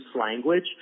language